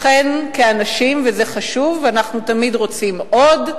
אכן כאנשים, וזה חשוב, אנחנו תמיד רוצים עוד.